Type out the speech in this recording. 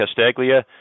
Castaglia